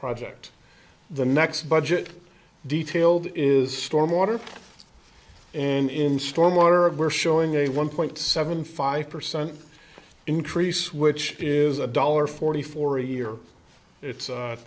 project the next budget detailed is stormwater and in stormwater of we're showing a one point seven five percent increase which is a dollar forty four a year it's